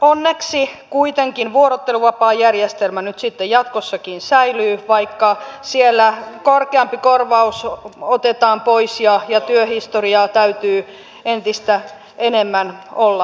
onneksi kuitenkin vuorotteluvapaajärjestelmä nyt sitten jatkossakin säilyy vaikka korkeampi korvaus otetaan pois ja työhistoriaa täytyy entistä enemmän olla